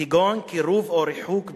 כגון קירוב או ריחוק בני-זוג,